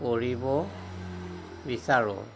কৰিব বিচাৰোঁ